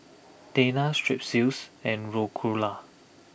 Tena Strepsils and Ricola